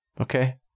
Okay